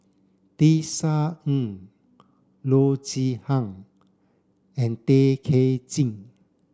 Tisa Ng Loo Zihan and Tay Kay Chin